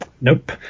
Nope